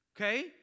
okay